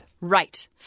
Right